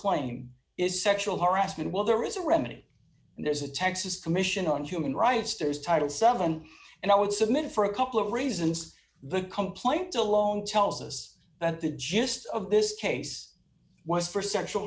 is sexual harassment well there is a remedy and there's a texas commission on human rights there is title seven and i would submit it for a couple of reasons the complaint alone tells us that the gist of this case was for sexual